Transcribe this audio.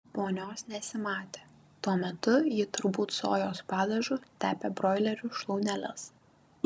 ponios nesimatė tuo metu ji turbūt sojos padažu tepė broilerių šlauneles